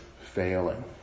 failing